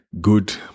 good